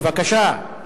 בבקשה.